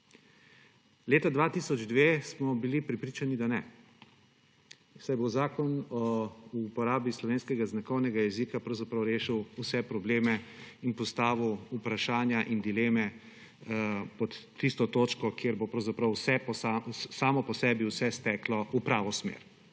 Leta 2002 smo bili prepričani, da ne, saj bo Zakon o uporabi slovenskega znakovnega jezika pravzaprav rešil vse probleme in postavil vprašanja in dileme pod tisto točko, kjer bo samo po sebi vse steklo v pravo smer.